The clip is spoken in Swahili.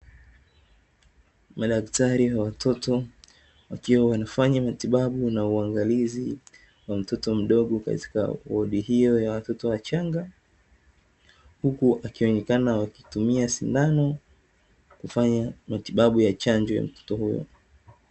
Madaktari wa watoto wakiwa wanafanya matibabu na uangalizi wa mtoto mdogo katika wodi hiyo ya watoto wachanga, huku akionekana wakitumia sindano kufanya matibabu ya chanjo ya mtoto huyo.